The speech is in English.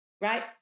Right